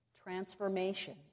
transformation